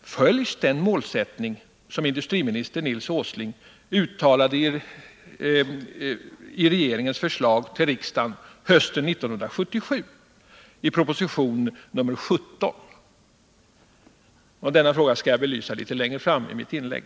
Följs den målsättning som industriminister Nils Åsling uttalade i regeringens förslag till riksdagen hösten 1977 i propositionen 1977/78:17? Denna fråga skall jag belysa litet längre fram i mitt inlägg.